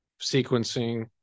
sequencing